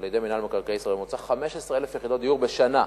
על-ידי מינהל מקרקעי ישראל בממוצע 15,000 יחידות דיור בשנה,